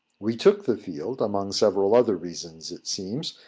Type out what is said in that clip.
we took the field, among several other reasons, it seems,